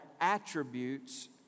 attributes